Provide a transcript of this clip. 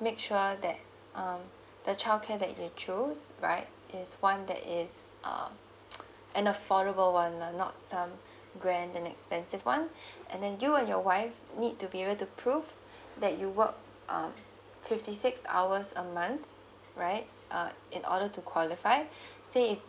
make sure that um the childcare that you choose right is one that is err an affordable [one] lah not some grand and expensive [one] and then you and your wife need to be able to prove that you work um fifty six hours a month right uh in order to qualify say if